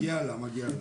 מגיע לה.